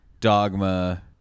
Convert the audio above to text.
Dogma